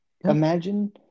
imagine